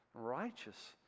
righteous